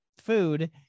food